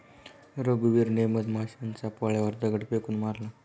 रघुवीरने मधमाशांच्या पोळ्यावर दगड फेकून मारला